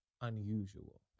unusual